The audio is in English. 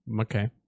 okay